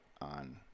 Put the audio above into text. on